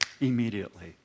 immediately